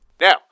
Now